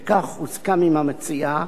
וכך הוסכם עם המציעה,